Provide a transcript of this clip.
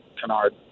canard